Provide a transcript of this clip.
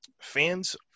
fans